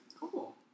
Cool